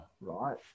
Right